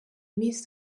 miss